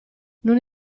non